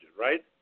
right